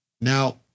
Now